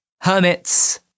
hermits